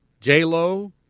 J-Lo